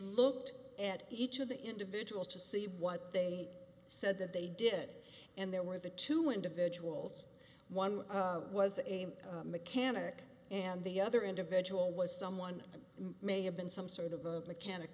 looked at each of the individuals to see what they said that they did and there were the two individuals one was a mechanic and the other individual was someone who may have been some sort of mechanic